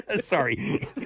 Sorry